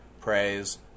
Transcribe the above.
praise